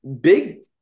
big